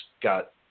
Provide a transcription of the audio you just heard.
got